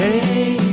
Hey